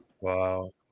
wow